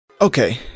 Okay